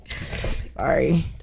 Sorry